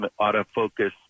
autofocus